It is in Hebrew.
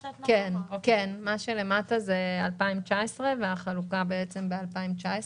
כן, למטה זה 2019 והחלוקה ב-2019.